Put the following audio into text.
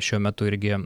šiuo metu irgi